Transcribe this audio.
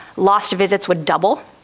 lost visits would double.